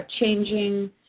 changing